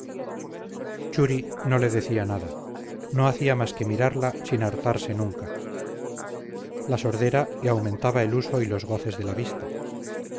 no le decía nada no hacía más que mirarla sin hartarse nunca la sordera le aumentaba el uso y los goces de la vista